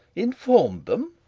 inform'd them!